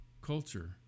culture